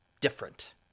different